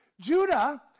Judah